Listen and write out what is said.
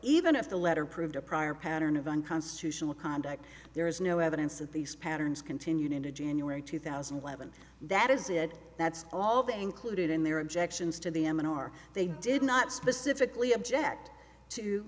even if the letter proved a prior pattern of unconstitutional conduct there is no evidence that these patterns continued into january two thousand and eleven that is it that's all they included in their objections to the m n r they did not specifically object to